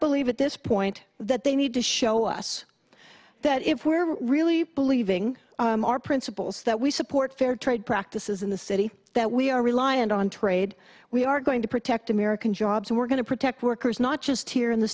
believe at this point that they need to show us that if we're really believing our principles that we support fair trade practices in the city that we are reliant on trade we are going to protect american jobs and we're going to protect workers not just here in the